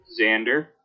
Xander